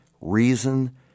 reason